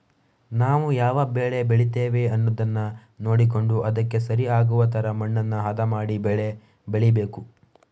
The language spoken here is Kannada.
ನಾವು ಯಾವ ಬೆಳೆ ಬೆಳೀತೇವೆ ಅನ್ನುದನ್ನ ನೋಡಿಕೊಂಡು ಅದಕ್ಕೆ ಸರಿ ಆಗುವ ತರ ಮಣ್ಣನ್ನ ಹದ ಮಾಡಿ ಬೆಳೆ ಬೆಳೀಬೇಕು